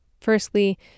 Firstly